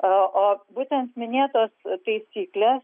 a a būtent minėtas taisykles